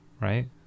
right